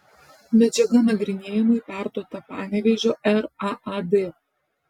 medžiaga nagrinėjimui perduota panevėžio raad